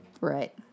Right